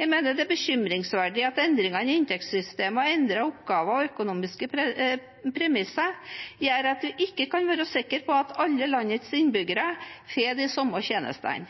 Jeg mener det er bekymringsverdig at endringene i inntektssystemet og endrede oppgaver og økonomiske premisser gjør at vi ikke kan være sikre på at alle landets innbyggere får de samme tjenestene.